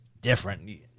different